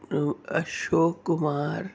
Ashok Kumar